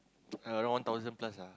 I around one thousand plus ah